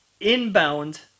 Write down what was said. Inbound